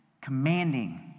commanding